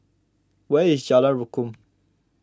where is Jalan Rukam